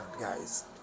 guys